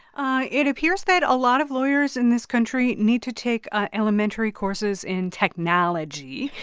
ah it appears that a lot of lawyers in this country need to take ah elementary courses in technology.